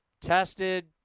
tested